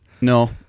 no